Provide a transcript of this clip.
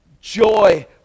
joy